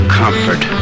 comfort